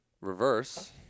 reverse